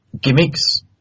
gimmicks